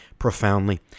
profoundly